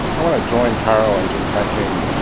i want to join carol in just thanking